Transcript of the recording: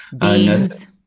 beans